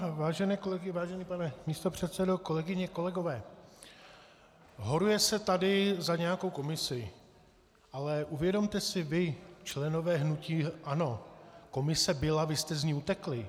Vážené kolegyně, vážený pane místopředsedo, kolegové, horuje se tady za nějakou komisi, ale uvědomte si vy, členové hnutí ANO, komise byla a vy jste z ní utekli.